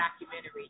documentary